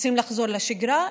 רוצים לחזור לשגרה,